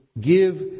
give